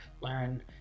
learn